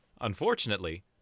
Unfortunately